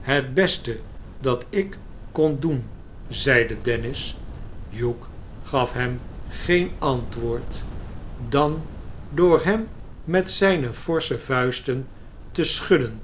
het beste dat ik kon doen zeide dennis de beulsknecht verontschuldigt zich hugh gaf hem geen antwoord dan door hem met zijne fqrsche vuisten te schudden